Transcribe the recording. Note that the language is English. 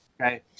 Okay